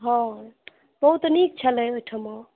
हॅं बहुत नीक छलै ओहिठमा